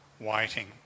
waiting